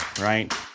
right